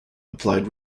applied